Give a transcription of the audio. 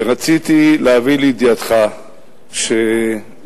ורציתי להביא לידיעתך שבזמנו,